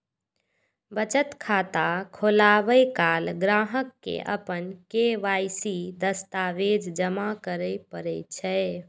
बचत खाता खोलाबै काल ग्राहक कें अपन के.वाई.सी दस्तावेज जमा करय पड़ै छै